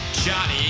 Johnny